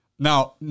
Now